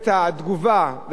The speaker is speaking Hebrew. הוועדה קבעה בתוך החוק